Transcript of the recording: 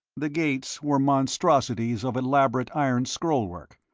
the gates were monstrosities of elaborate iron scrollwork,